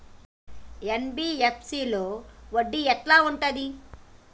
NBFC లో వడ్డీ ఎట్లా ఉంటది?